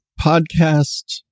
podcast